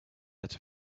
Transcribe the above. out